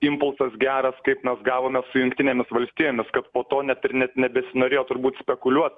impulsas geras kaip mes gavome su jungtinėmis valstijomis kad po to net ir net nebesinorėjo turbūt spekuliuot